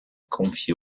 confié